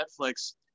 Netflix